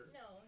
no